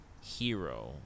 hero